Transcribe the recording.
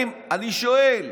אני שואל.